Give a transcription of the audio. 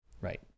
Right